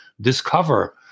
discover